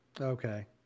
Okay